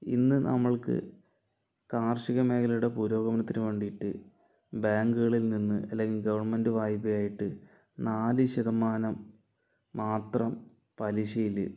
ഇന്ന് നമ്മൾക്ക് കാർഷികമേഖലയുടെ പുരോഗമനത്തിന് വേണ്ടീട്ട് ബാങ്കുകളിൽ നിന്ന് അല്ലെങ്കിൽ ഗവൺമെൻറ് വായ്പയായിട്ട് നാല് ശതമാനം മാത്രം പലിശയിൽ